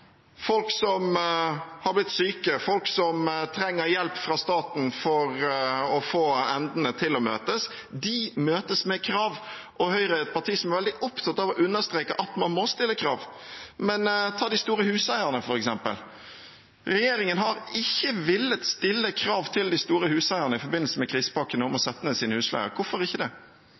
Folk som har blitt syke, folk som trenger hjelp fra staten for å få endene til å møtes, møtes med krav. Høyre er et parti som er veldig opptatt av å understreke at man må stille krav, men ta de store huseierne, f.eks.: Regjeringen har ikke villet stille krav til de store huseierne om å sette ned husleien i forbindelse med krisepakkene – hvorfor ikke det? Jeg har lyst til å understreke at forskjellen nok ikke